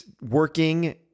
working